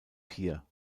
pier